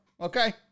Okay